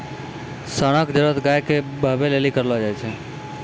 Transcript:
साँड़ा के जरुरत गाय के बहबै लेली करलो जाय छै